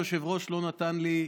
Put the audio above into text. היושב-ראש לא נתן לי,